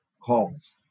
calls